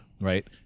right